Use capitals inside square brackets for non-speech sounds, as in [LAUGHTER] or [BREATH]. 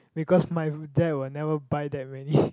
because my dad will never buy that many [BREATH]